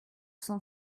cent